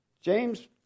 James